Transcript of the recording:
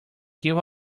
give